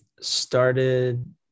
started